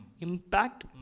impact